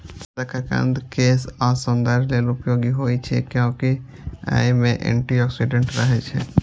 शकरकंद केश आ सौंदर्य लेल उपयोगी होइ छै, कियैकि अय मे एंटी ऑक्सीडेंट रहै छै